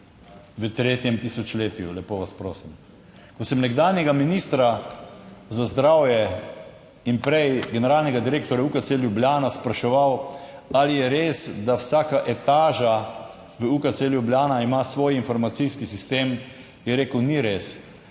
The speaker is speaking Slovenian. V tretjem tisočletju, lepo vas prosim! Ko sem nekdanjega ministra za zdravje in prej generalnega direktorja UKC Ljubljana spraševal, ali je res, da vsaka etaža v UKC Ljubljana ima svoj informacijski sistem, je rekel ni res.